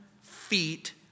feet